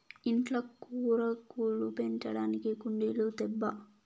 ఇంట్ల కూరాకులు పెంచడానికి కుండీలు తేబ్బా